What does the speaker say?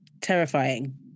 terrifying